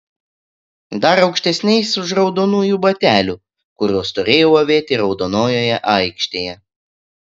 dar aukštesniais už raudonųjų batelių kuriuos turėjau avėti raudonojoje aikštėje